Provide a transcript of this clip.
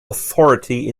authority